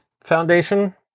Foundation